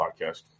podcast